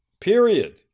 period